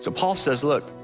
so paul says look,